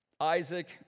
Isaac